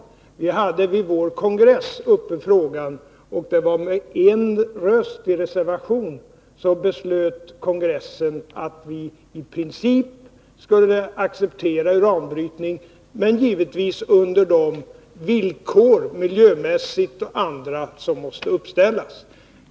Vi hade frågan uppe vid vår kongress, och kongressen beslöt med endast en rösts reservation att vi i princip skulle acceptera uranbrytning, dock givetvis på de miljömässiga och andra villkor som måste uppställas.